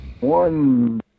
one